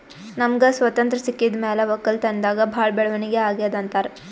ನಮ್ಗ್ ಸ್ವತಂತ್ರ್ ಸಿಕ್ಕಿದ್ ಮ್ಯಾಲ್ ವಕ್ಕಲತನ್ದಾಗ್ ಭಾಳ್ ಬೆಳವಣಿಗ್ ಅಗ್ಯಾದ್ ಅಂತಾರ್